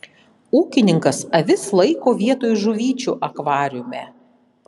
ūkininkas avis laiko vietoj žuvyčių akvariume